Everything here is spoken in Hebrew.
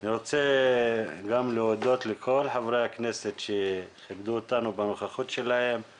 אני רוצה גם להודות לכל חברי הכנסת שכיבדו אותנו בנוכחותם,